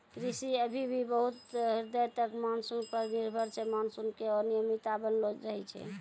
कृषि अभी भी बहुत हद तक मानसून पर हीं निर्भर छै मानसून के अनियमितता बनलो रहै छै